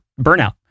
burnout